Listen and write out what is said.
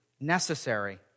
necessary